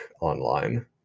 online